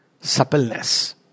suppleness